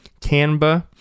Canva